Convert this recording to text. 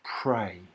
pray